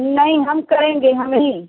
नहीं हम करेंगे हम ही